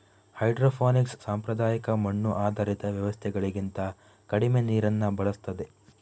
hydroponics ಸಾಂಪ್ರದಾಯಿಕ ಮಣ್ಣು ಆಧಾರಿತ ವ್ಯವಸ್ಥೆಗಳಿಗಿಂತ ಕಡಿಮೆ ನೀರನ್ನ ಬಳಸ್ತದೆ